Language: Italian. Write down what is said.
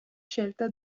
scelta